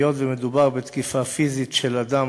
היות שמדובר בתקיפה פיזית של אדם,